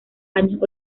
años